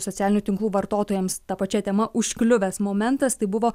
socialinių tinklų vartotojams ta pačia tema užkliuvęs momentas tai buvo